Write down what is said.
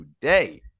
today